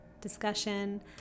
discussion